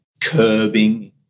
curbing